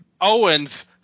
Owens